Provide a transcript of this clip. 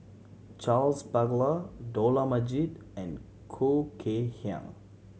Charles Paglar Dollah Majid and Khoo Kay Hian